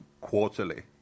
quarterly